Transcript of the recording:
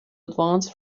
advance